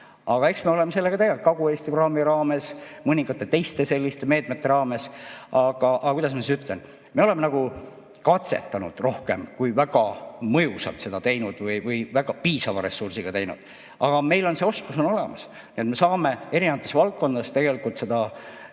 Aga eks me oleme sellega tegelnud Kagu-Eesti programmi raames, mõningate teiste selliste meetmete raames. Kuidas ma siis ütlen? Me oleme nagu katsetanud seda rohkem kui väga mõjusalt seda teinud või väga piisava ressursiga teinud. Aga meil on see oskus olemas, nii et me saame eri valdkondades piirkondade